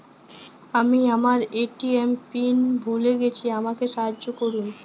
আমি আমার ATM pin ভুলে গেছি আমাকে সাহায্য করুন